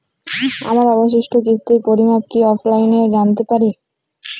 আমার অবশিষ্ট কিস্তির পরিমাণ কি অফলাইনে জানতে পারি?